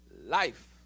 life